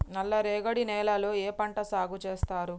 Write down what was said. నల్లరేగడి నేలల్లో ఏ పంట సాగు చేస్తారు?